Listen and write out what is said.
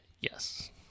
Yes